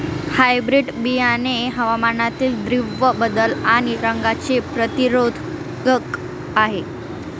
hybrid बियाणे हवामानातील तीव्र बदल आणि रोगांचे प्रतिरोधक आहे